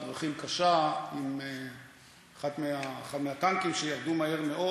דרכים קשה עם אחד מהטנקים שירדו מהר מאוד.